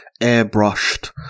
airbrushed